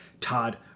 Todd